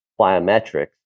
biometrics